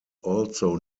also